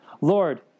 Lord